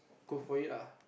go for it ah